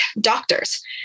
doctors